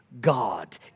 God